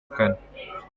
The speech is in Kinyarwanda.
kane